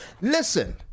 listen